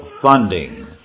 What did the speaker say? funding